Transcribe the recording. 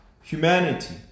humanity